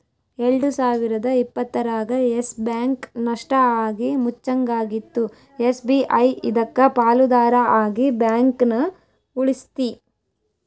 ಎಲ್ಡು ಸಾವಿರದ ಇಪ್ಪತ್ತರಾಗ ಯಸ್ ಬ್ಯಾಂಕ್ ನಷ್ಟ ಆಗಿ ಮುಚ್ಚಂಗಾಗಿತ್ತು ಎಸ್.ಬಿ.ಐ ಇದಕ್ಕ ಪಾಲುದಾರ ಆಗಿ ಬ್ಯಾಂಕನ ಉಳಿಸ್ತಿ